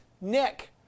Nick